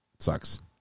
sucks